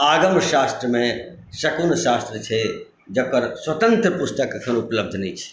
आगम शास्त्रमे शकूर शास्त्र छै जकर स्वतंत्र पुस्तक अखन उपलब्ध नहि छै